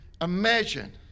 Imagine